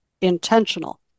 intentional